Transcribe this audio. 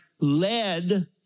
led